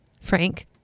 Frank